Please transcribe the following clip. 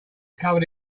covered